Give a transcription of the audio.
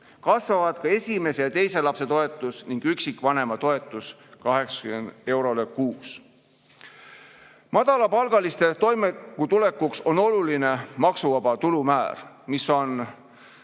Kasvavad ka esimese ja teise lapse toetus ning üksikvanema toetus, 80 eurole kuus. Madalapalgaliste toimetulekuks on oluline maksuvaba tulu määr, mis on